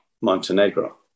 Montenegro